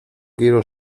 quiero